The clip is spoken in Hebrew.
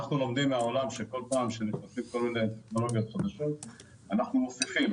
אנחנו לומדים מהעולם שכל פעם מכניסים טכנולוגיות חדשות אנחנו מוסיפים,